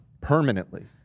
Permanently